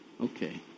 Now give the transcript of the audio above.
Okay